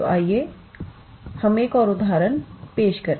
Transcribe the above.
तो आइए हम एक और उदाहरण पेश करें